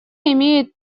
имеет